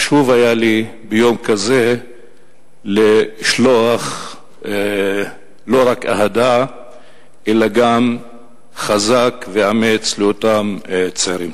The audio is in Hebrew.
חשוב היה לי ביום כזה לשלוח לא רק אהדה אלא גם חזק ואמץ לאותם צעירים.